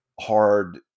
hard